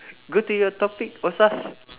go to your topic